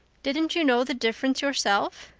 didn't you know the difference yourself?